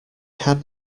had